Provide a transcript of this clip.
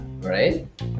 right